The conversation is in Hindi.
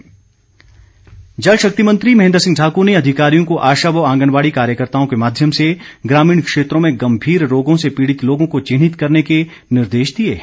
महेन्द्र सिंह जल शक्ति मंत्री महेन्द्र सिंह ठाकूर ने अधिकारियों को आशा व आंगनबाड़ी कार्यकर्ताओं के माध्यम से ग्रामीण क्षेत्रों में गंभीर रोगों से पीड़ित लोगों को चिन्हित करने के निर्देश दिए हैं